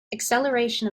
acceleration